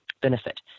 benefit